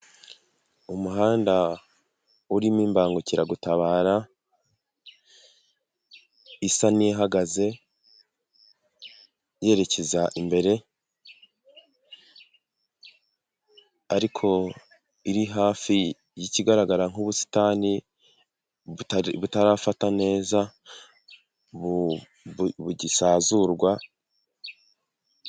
Umuhanda urimo imbangukiragutabara isa n'ihagaze, yerekeza imbere ariko iri hafi y'ikigaragara nk'ubusitani butarafata neza bugisazurwa.